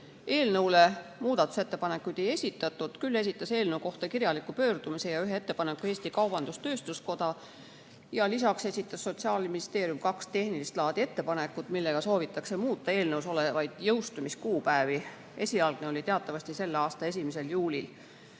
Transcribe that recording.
Eelnõu kohta muudatusettepanekuid ei esitatud, küll esitas eelnõu kohta kirjaliku pöördumise ja ühe ettepaneku Eesti Kaubandus-Tööstuskoda. Lisaks esitas Sotsiaalministeerium kaks tehnilist laadi ettepanekut, millega soovitakse muuta eelnõus olevaid jõustumiskuupäevi. Esialgne [kuupäev] oli teatavasti selle aasta 1. juuli.